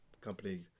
company